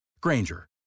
Granger